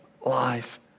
life